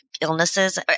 illnesses